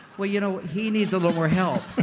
well, you know he needs a little more help